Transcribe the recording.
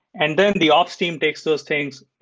and then the ops team takes those things,